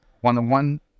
one-on-one